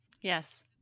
Yes